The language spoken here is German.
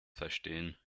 verstehen